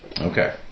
Okay